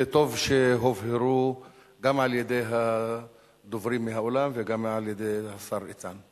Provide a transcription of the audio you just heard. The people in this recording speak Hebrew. וטוב שהובהרו גם על-ידי הדוברים מהאולם וגם על-ידי השר איתן.